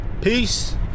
peace